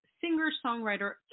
singer-songwriter